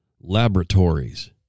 laboratories